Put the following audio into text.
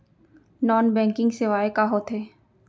non banking सेवाएं का होथे